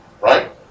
right